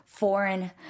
foreign